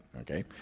Okay